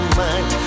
mind